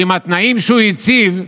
שעם התנאים שהוא הציב,